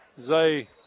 Zay